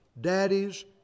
daddies